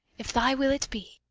if thy will it be!